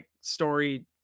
story